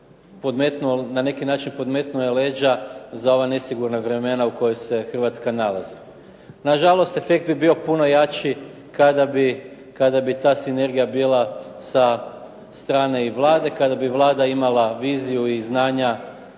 na neki način podmetnuo je leđa za ova nesigurna vremena u kojoj se Hrvatska nalazi. Na žalost efekt bi bio puno jači kada bi ta sinergija bila sa strane i Vlade, kada bi Vlada imala viziju i znanja